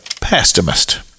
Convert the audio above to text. pessimist